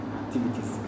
activities